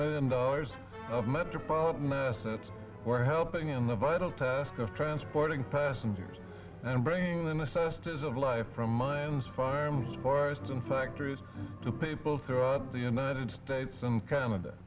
million dollars of metropolitan assets were helping in the vital task of transporting passengers and bringing the necessities of life from mines farms forests and factories to people throughout the united states and canada